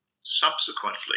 subsequently